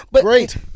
Great